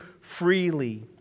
freely